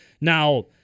now